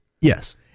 Yes